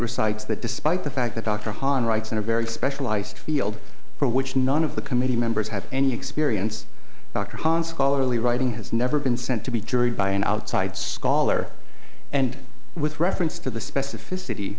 recites that despite the fact that dr hahn writes in a very specialized field for which none of the committee members had any experience dr hans scholarly writing has never been sent to be jury by an outside scholar and with reference to the specificity